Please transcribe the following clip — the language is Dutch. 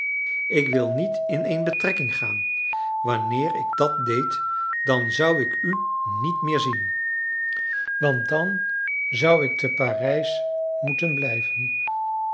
ik wil niet in een betrekking gaan wanneer ik dat deed dan zou ik u niet meer zien want dan zou ik te parijs moeten blijven